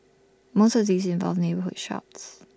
most of these involved neighbourhood shops